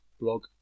blog